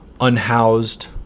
unhoused